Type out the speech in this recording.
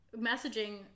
messaging